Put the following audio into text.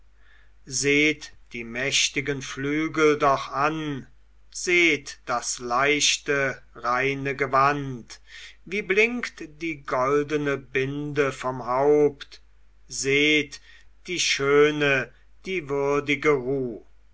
seht die mächtigen flügel doch an seht das leichte reine gewand wie blinkt die goldene binde vom haupt seht die schöne die würdige ruh